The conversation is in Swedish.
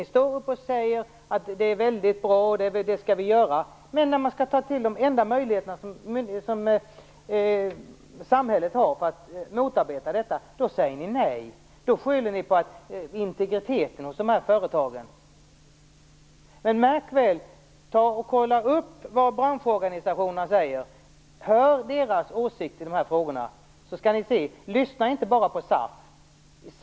Ni uttalar att detta är väldigt bra och att ni skall agera, men när man skall ta till de enda möjligheter som samhället har för att motarbeta denna brottslighet, säger ni nej och skyller på företagens rätt till integritet. Kolla upp vad branschorganisationerna säger! Hör efter deras åsikt i de här frågorna, så skall ni få se! Lyssna inte bara på SAF!